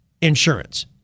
insurance